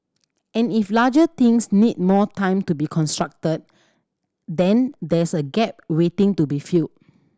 and if larger things need more time to be constructed then there's a gap waiting to be filled